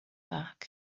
back